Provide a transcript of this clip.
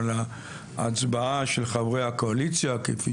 אבל ההצבעה של חברי הקואליציה כפי